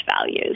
values